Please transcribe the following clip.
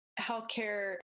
healthcare